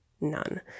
None